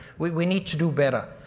we we need to do better.